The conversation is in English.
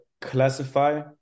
classify